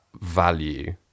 value